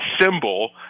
symbol